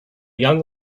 young